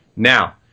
Now